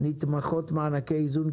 נתמכות מענקי איזון,